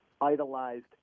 idolized